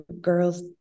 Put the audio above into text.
girls